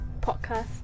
podcast